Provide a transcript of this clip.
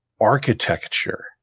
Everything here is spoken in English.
architecture